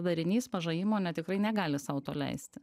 darinys maža įmonė tikrai negali sau to leisti